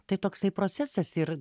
tai toksai procesas ir